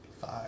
Five